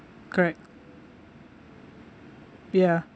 correct ya